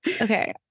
Okay